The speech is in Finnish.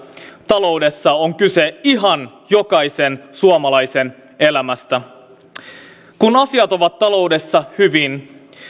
taloudessa on kyse ihan jokaisen suomalaisen elämästä kun asiat ovat taloudessa hyvin